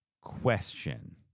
question